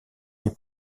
des